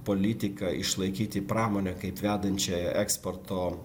politika išlaikyti pramonę kaip vedančiąją eksporto